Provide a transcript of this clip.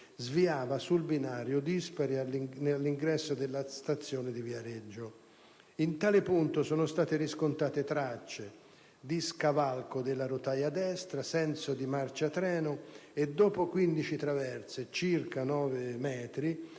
sviava sul binario dispari all'ingresso della stazione di Viareggio. In tale punto sono state riscontrate tracce di scavalco della rotaia destra senso di marcia treno e dopo 15 traverse (circa 9 metri)